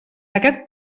aquest